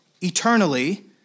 eternally